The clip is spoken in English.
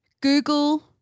Google